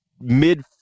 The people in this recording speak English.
mid